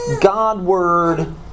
God-word